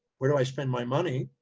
where do i spend my money?